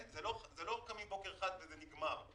זה לא שקמים בוקר אחד וזה נגמר.